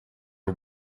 you